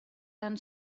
tan